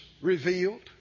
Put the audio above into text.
revealed